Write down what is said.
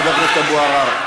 תודה רבה, חבר הכנסת אבו עראר.